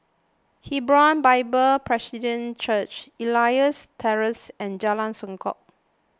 Hebron Bible Presbyterian Church Elias Terrace and Jalan Songket